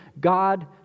God